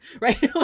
Right